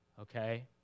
okay